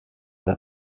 der